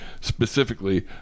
specifically